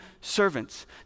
servants